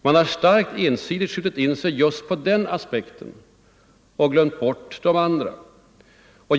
Man har starkt ensidigt framhållit just den aspekten och skjutit undan de andra, de positiva.